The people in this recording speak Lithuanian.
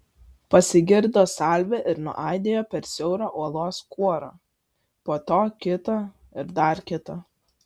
pasigirdo salvė ir nuaidėjo per siaurą uolos kuorą po to kita ir dar kita